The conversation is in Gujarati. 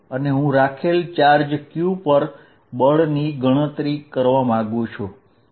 અને હું રાખેલ ચાર્જ q પર બળની ગણતરી કરવા માંગુ છું